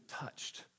touched